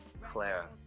Clara